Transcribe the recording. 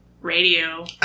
radio